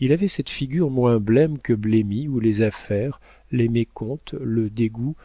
il avait cette figure moins blême que blêmie où les affaires les mécomptes le dégoût